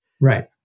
right